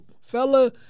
Fella